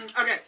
okay